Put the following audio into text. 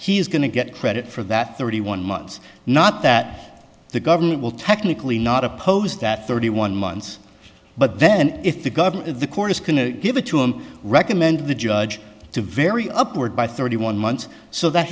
he is going to get credit for that thirty one months not that the government will technically not oppose that thirty one months but then if the government of the court is going to give it to him recommend the judge to very upward by thirty one months so that